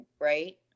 right